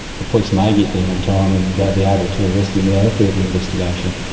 the police may get there on time and be able to arrest him without a further investigation,